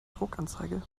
druckanzeige